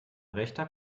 rechter